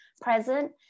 present